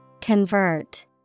Convert